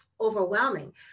overwhelming